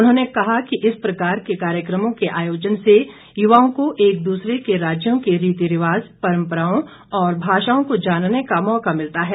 उन्होंने कहा इस प्रकार के कार्यक्रमों के आयोजन से युवाओं को एक दूसरे के राज्यों के रीति रिवाज परंपराओं और भाषाओं को जानने का मौका मिलता है